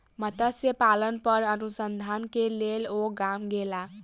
मत्स्य पालन पर अनुसंधान के लेल ओ गाम गेला